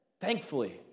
Thankfully